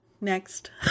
next